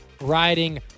riding